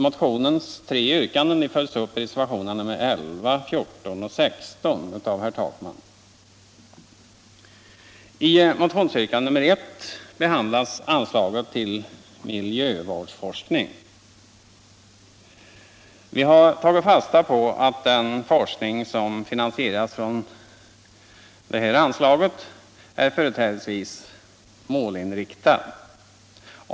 Motionens tre yrkanden följs upp i reservationerna 11, 14 och 16 av herr Takman. I motionsyrkande nr 1 behandlas anslaget till miljövårdsforskning. Vi har tagit fasta på att den forskning som finansieras från detta anslag är företrädesvis målinriktad.